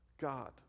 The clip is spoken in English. God